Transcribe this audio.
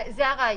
זה הרעיון.